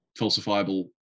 falsifiable